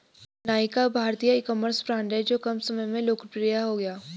नायका भारतीय ecommerce brand हैं जो कम समय में लोकप्रिय हो गया